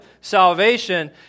salvation